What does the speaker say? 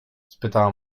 spytała